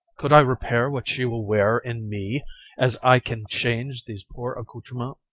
could i repair what she will wear in me as i can change these poor accoutrements,